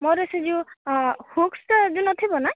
ମୋର ସେ ଯେଉଁ ହୁକସଟା ଯେଉଁ ନ ଥିବ ନା